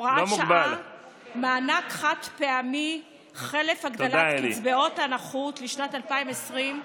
הוראת שעה) (מענק חד-פעמי חלף הגדלת קצבאות הנכות לשנת 2020),